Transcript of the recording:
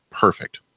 perfect